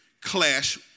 clash